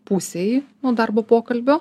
pusėj nu darbo pokalbio